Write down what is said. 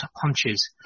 punches